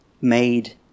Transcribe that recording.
made